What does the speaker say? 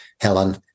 Helen